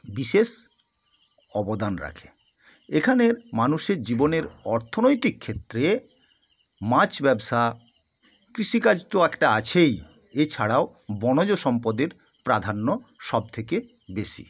বিশেষ অবদান রাখে এখানের মানুষের জীবনের অর্থনৈতিক ক্ষেত্রে মাছ ব্যবসা কৃষিকাজ তো একটা আছেই এছাড়াও বনজ সম্পদের প্রাধান্য সবথেকে বেশি